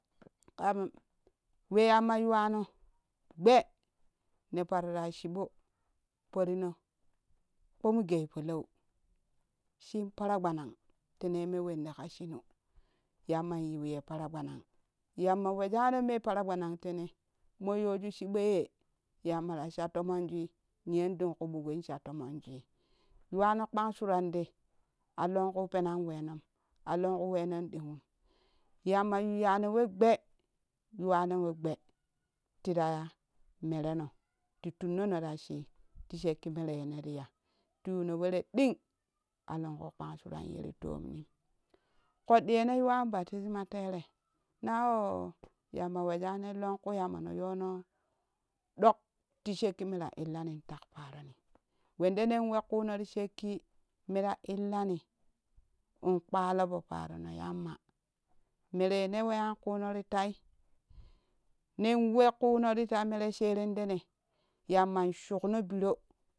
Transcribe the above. Kam we yamma yuwano gbee ne parra chiɓo poorino kpumu gee polou shun paragwanan tenei me winde nei ra shuunu yamman yiu ye para gwanan yamma wojano me paragwanan tene mo joju chiboye yamma ta sha to monjui niyon ɗing kuu ɓugin sha tomanjui yuwano kpan suran te a lonku penan wenom a lankuu wenan ɗogum yamma yuyyano we gbee yuwano we gbee tiira merena ti tunnonora shii ti shekki mere yene ri ya ti yuno weree ɗing a lonkuu kpan shuran yeri tomnim ƙoɗɗi yene yuwan batuma tere naoo yamma wojanei loƙui yamo ne yono ɗok ti shekki mera illani ntal paaroni wende nen we kuunoti shekki mera illani in kpalo poo parono yamma mere yene weyan kuuno ri tai nen we kuuno rita mere sherendene yamman shukno biro